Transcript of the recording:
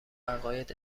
عقاید